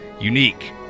Unique